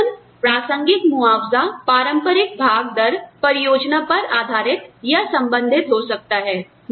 प्रदर्शन प्रासंगिक मुआवजा पारंपरिक भाग दर परियोजना पर आधारित या संबंधित हो सकता है